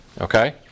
Okay